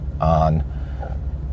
on